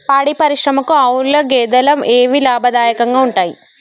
పాడి పరిశ్రమకు ఆవుల, గేదెల ఏవి లాభదాయకంగా ఉంటయ్?